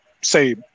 say